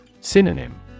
Synonym